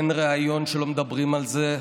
אין ריאיון שלא מדברים על זה,